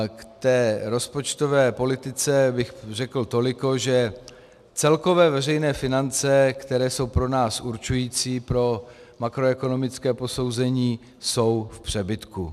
K té rozpočtové politice bych řekl toliko, že celkové veřejné finance, které jsou pro nás určující pro makroekonomické posouzení, jsou v přebytku.